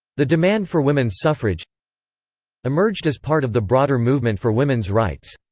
the demand for women's suffrage emerged as part of the broader movement for women's rights.